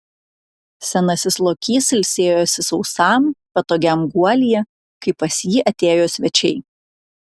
senasis lokys ilsėjosi sausam patogiam guolyje kai pas jį atėjo svečiai